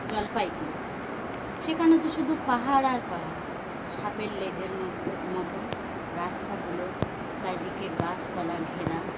জলপাইগুড়ি সেখানে তো শুধু পাহাড় আর পাহাড় সাপের লেজের মতো মতো রাস্তাগুলো চারিদিকে গাছপালা ঘেরা